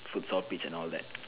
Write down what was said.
futsal pitch and all that